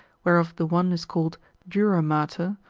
whereof the one is called dura mater,